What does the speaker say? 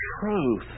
truth